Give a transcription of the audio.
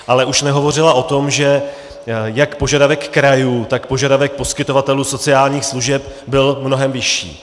Ale už nehovořila o tom, že jak požadavek krajů, tak požadavek poskytovatelů sociálních služeb byl mnohem vyšší.